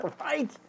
Right